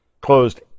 closed